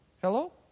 Hello